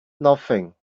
nothing